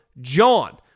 JOHN